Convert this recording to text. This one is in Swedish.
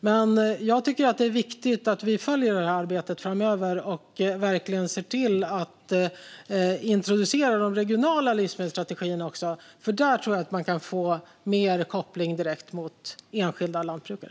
Det är dock viktigt att vi följer arbetet framöver och ser till att också introducera den regionala livsmedelsstrategin. Med den tror jag att man kan få större koppling direkt till enskilda lantbrukare.